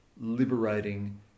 liberating